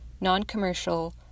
Non-Commercial